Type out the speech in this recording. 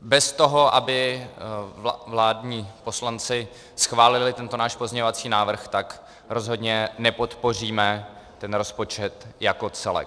Bez toho, aby vládní poslanci schválili tento náš pozměňovací návrh, rozhodně nepodpoříme ten rozpočet jako celek.